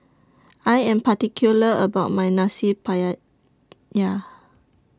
I Am particular about My Nasi